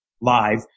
live